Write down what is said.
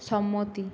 সম্মতি